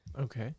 okay